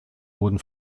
wurden